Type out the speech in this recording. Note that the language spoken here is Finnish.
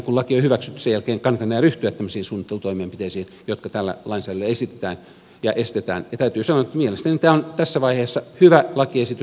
sen jälkeen kun laki on hyväksytty kenenkään ei kannata enää ryhtyä tämmöisiin suunnittelutoimenpiteisiin jotka tällä lainsäädännöllä estetään ja täytyy sanoa että mielestäni tämä on tässä vaiheessa hyvä lakiesitys